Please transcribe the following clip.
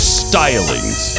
stylings